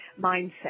mindset